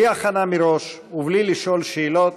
בלי הכנה מראש ובלי לשאול שאלות,